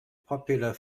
popular